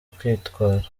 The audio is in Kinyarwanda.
kwitwara